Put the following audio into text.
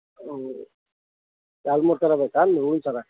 ಹ್ಞೂ ಎರಡು ಮೂರು ಥರ ಬೇಕಾ ಹೂವಿನ ಸರ